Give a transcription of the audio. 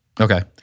Okay